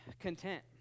content